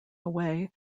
away